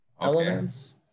elements